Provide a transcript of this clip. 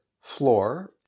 floor